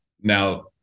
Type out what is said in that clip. Now